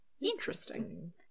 interesting